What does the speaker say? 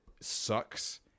sucks